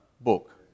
book